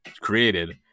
created